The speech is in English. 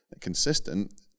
consistent